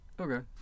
Okay